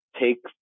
take